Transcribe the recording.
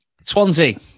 Swansea